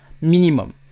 minimum